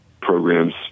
programs